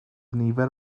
nifer